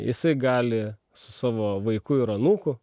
jisai gali su savo vaiku ir anūku